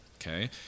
okay